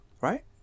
Right